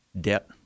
debt